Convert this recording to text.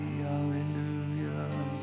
hallelujah